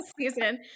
season